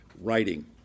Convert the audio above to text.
writing